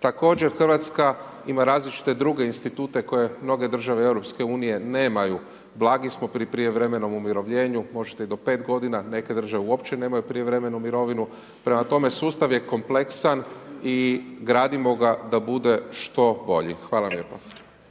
Također Hrvatska ima različite druge institute koje mnoge države EU nemaju, blagi smo pri prijevremenom umirovljenju, možete i do 5 godina, neke države uopće nemaju prijevremenu mirovinu, prema tome sustav je kompleksan i gradimo ga da bude što bolji. Hvala vam lijepo.